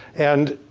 and